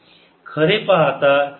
खरे पाहता हे 4 पाय असले पाहिजे